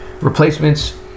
replacements